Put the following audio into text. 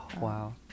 Wow